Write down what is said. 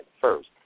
first